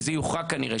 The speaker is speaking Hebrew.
וזה יוכרע כנראה,